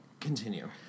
continue